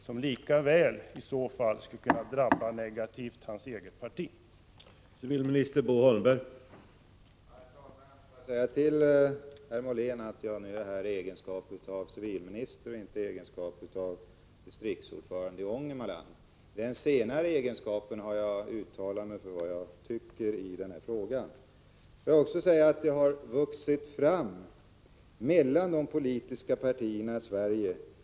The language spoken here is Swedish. Sådana fall kunde lika gärna drabba hans eget parti negativt.